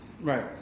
Right